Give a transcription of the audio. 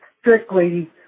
strictly